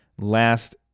last